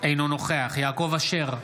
אינו נוכח יעקב אשר,